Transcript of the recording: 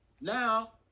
Now